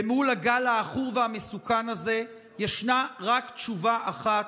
למול הגל העכור והמסוכן הזה יש רק תשובה אחת,